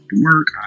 work